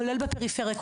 כולל בפריפריה,